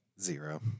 zero